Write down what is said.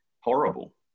horrible